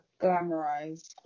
glamorized